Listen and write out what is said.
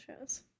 shows